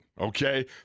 okay